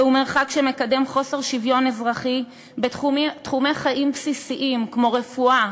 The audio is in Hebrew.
זהו מרחק שמקדם חוסר שוויון אזרחי בתחומי חיים בסיסיים כמו רפואה,